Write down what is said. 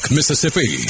Mississippi